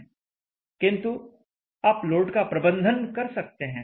किंतु आप लोड का प्रबंधन कर सकते हैं